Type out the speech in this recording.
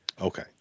Okay